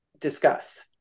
discuss